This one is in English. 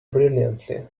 brilliantly